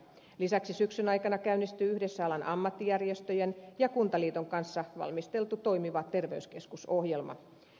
lisäksi syksyn aikana käynnistyy yhdessä alan ammattijärjestöjen ja kuntaliiton kanssa valmisteltu toimiva terveyskeskus ohjelma